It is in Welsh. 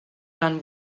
rhan